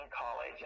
college